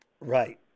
Right